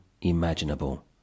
imaginable